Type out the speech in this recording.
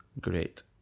Great